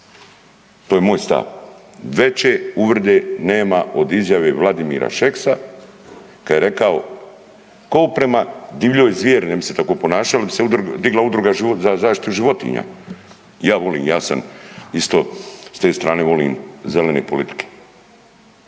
To je moj stav, veće uvrede nema od izjave Vladimira Šeksa, kad je rekao prema divljoj zvijeri, ne bi se tako ponašali, jer bi se digla Udruga za zaštitu životinja, ja volim, ja sam isto, s te strane volim zelene politike.